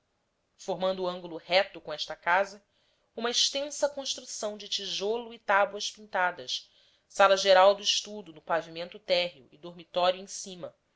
chuva formando ângulo reto com esta casa uma extensa construção de tijolo e tábuas pintadas sala geral do estudo no pavimento térreo e dormitório em cima